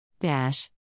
Dash